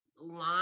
line